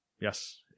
Yes